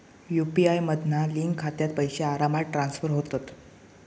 UPI मधना link खात्यात पैशे आरामात ट्रांसफर होतत